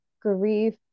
grief